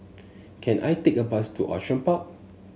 can I take a bus to Outram Park